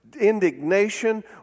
indignation